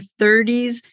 30s